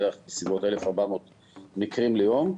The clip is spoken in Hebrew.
בסביבות 1,400 מקרים ליום,